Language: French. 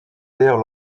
terres